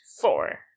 Four